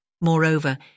Moreover